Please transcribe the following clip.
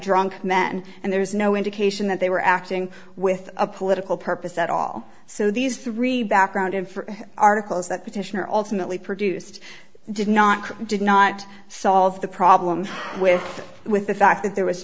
drunk men and there is no indication that they were acting with a political purpose at all so these three background and for articles that petitioner alternately produced did not did not solve the problem with with the fact that there was